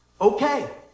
Okay